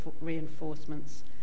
reinforcements